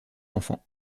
enfants